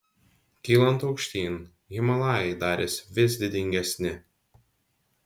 kylant aukštyn himalajai darėsi vis didingesni